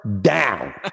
down